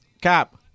Cap